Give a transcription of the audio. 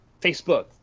facebook